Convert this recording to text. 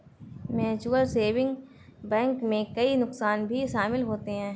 mutual saving bank में कई नुकसान भी शमिल होते है